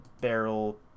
barrel